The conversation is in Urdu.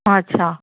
اچھا